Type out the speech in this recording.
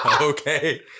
okay